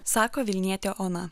sako vilnietė ona